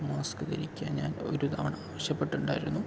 mask ധരിക്കാൻ ഞാൻ ഒരു തവണ ആവശ്യപ്പെട്ടിട്ടുണ്ടായിരുന്നു